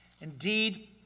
Indeed